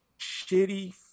shitty